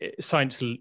science